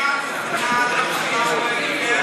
אם את מוכנה להמתין.